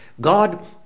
God